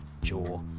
jaw